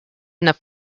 enough